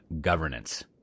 governance